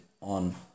on